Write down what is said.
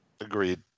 Agreed